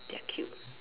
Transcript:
they are cute